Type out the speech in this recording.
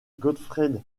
gottfried